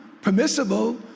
Permissible